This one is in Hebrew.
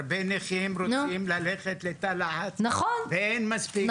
הרבה נכים רוצים ללכת לתא לחץ ואין מספיק.